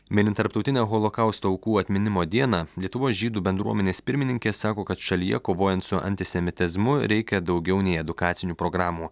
minint tarptautinę holokausto aukų atminimo dieną lietuvos žydų bendruomenės pirmininkė sako kad šalyje kovojant su antisemitizmu reikia daugiau nei edukacinių programų